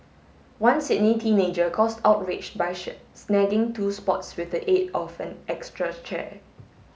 one Sydney teenager caused outrage by snagging two spots with the aid of an extra chair